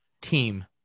team